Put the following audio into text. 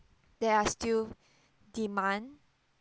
there are still demand